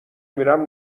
میرم